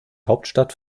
hauptstadt